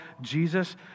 Jesus